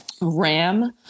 Ram